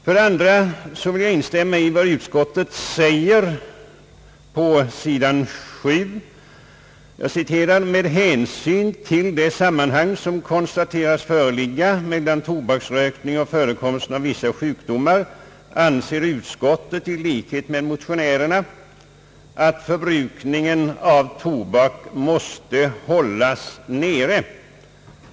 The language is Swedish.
För det andra vill jag instämma i vad utskottet säger på sidan 7: »Med hänsyn till det sammanhang som konstaterats föreligga mellan tobaksrökning och förekomsten av vissa sjukdomar anser utskottet — i likhet med motionärerna — att förbrukningen av tobak måste hållas nere.